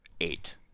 eight